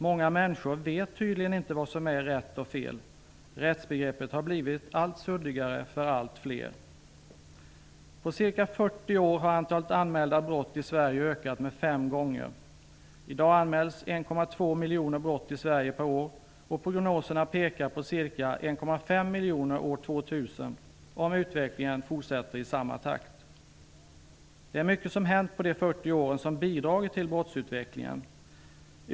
Många människor vet tydligen inte vad som är rätt och fel. Rättsbegreppet har blivit allt suddigare för allt fler. På ca 40 år har antalet anmälda brott i Sverige ökat fem gånger. I dag anmäls 1,2 miljoner brott i Sverige per år. Prognoserna pekar på ca 1,5 miljoner år 2000, om utvecklingen fortsätter i samma takt. Det är mycket som har hänt under dessa 40 år som har bidragit till brottsutvecklingen. Jag kan nämna en del.